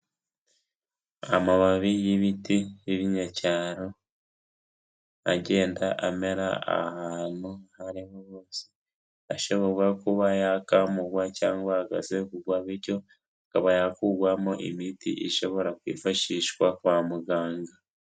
Amababi y'ibiti by'ibinyacyaro agenda amera ahantu aho ariho hose, ashobora kuba yakamugwa cyangwa agasekugwa bityo akaba yakugwamo imiti ishobora kwifashishwa kwa muganga.